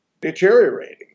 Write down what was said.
deteriorating